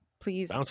Please